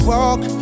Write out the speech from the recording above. walk